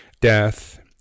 death